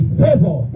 favor